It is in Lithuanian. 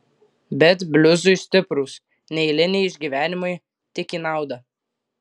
bet bliuzui stiprūs neeiliniai išgyvenimai tik į naudą